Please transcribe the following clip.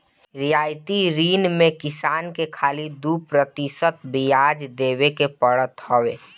रियायती ऋण में किसान के खाली दू प्रतिशत बियाज देवे के पड़त हवे